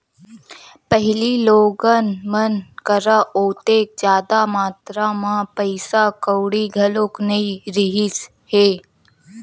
पहिली लोगन मन करा ओतेक जादा मातरा म पइसा कउड़ी घलो नइ रिहिस हे